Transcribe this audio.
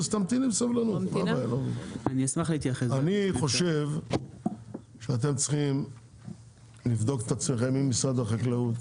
אני חושב שאתם צריכים לבדוק את עצמכם עם משרד החקלאות